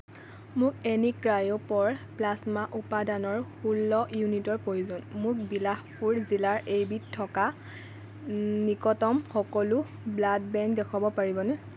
মোক এনি cryo poor plasma উপাদানৰ ষোল্ল ইউনিটৰ প্ৰয়োজন মোক বিলাসপুৰ জিলাৰ এইবিধ থকা নিকটতম সকলো ব্লাড বেংক দেখুৱাব পাৰিবনে